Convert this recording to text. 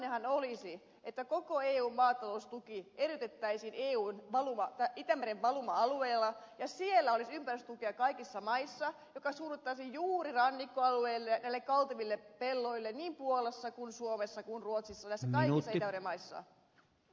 ihannehan olisi että koko eun maataloustuki eriytettäisiin itämeren valuma alueella ja siellä olisi ympäristötukea kaikissa maissa joka suunnattaisiin juuri rannikkoalueille näille kalteville pelloille niin puolassa suomessa kuin ruotsissakin näissä kaikissa itämerenmaissa